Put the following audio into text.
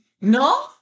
No